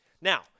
Now